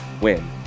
win